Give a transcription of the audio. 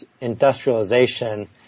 industrialization